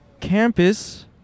campus